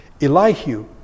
Elihu